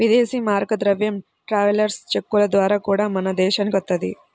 ఇదేశీ మారక ద్రవ్యం ట్రావెలర్స్ చెక్కుల ద్వారా గూడా మన దేశానికి వత్తది